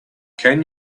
can